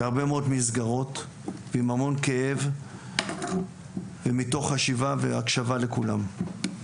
בהרבה מאוד מסגרות ועם המון כאב ומתוך חשיבה והקשבה לכולם.